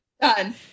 done